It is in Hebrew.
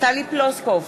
טלי פלוסקוב,